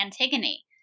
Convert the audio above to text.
Antigone